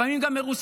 לפעמים גם מרוסקים,